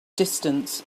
distance